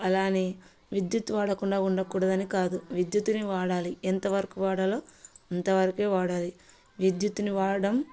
అలానే విద్యుత్ వాడకుండా ఉండకూడదని కాదు విద్యుత్ని వాడాలి ఎంతవరకు వాడాలో అంతవరకే వాడాలి విద్యుత్ని వాడడం